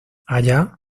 allá